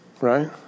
right